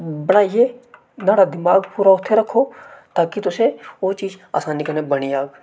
बनाई ऐ नाड़ा दमाग पूरा उत्थै रक्खो ता कि तु'सें ओह् चीज असानी कन्नै बनी जाग